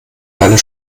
deiner